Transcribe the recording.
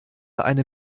eine